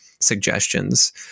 suggestions